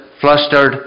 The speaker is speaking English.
flustered